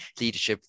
leadership